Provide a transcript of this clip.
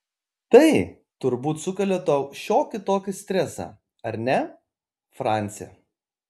tai turbūt sukelia tau šiokį tokį stresą ar ne franci